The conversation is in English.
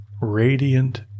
radiant